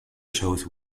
shows